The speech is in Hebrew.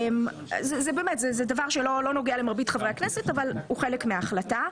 זה דבר לא נוגע למרבית חברי הכנסת אבל הוא חלק ההחלטה.